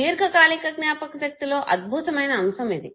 దీర్ఘకాలిక జ్ఞాపకశక్తిలో అద్భుతమైన అంశం ఇది